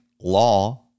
law